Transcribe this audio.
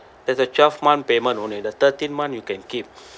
there's a twelve month payment only the thirteen month you can keep